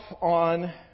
on